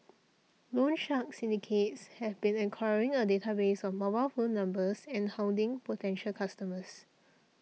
loan shark syndicates have been acquiring a database of mobile phone numbers and hounding potential customers